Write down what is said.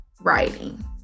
writing